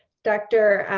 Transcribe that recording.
dr.